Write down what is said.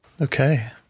Okay